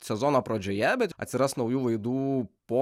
sezono pradžioje bet atsiras naujų laidų po